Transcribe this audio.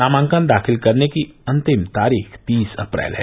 नामांकन दाखिल करने की अन्तिम तारीख तीस अप्रैल है